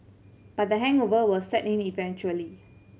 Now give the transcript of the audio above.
but the hangover will set in eventually